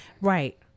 Right